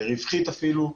אפילו רווחית,